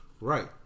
Right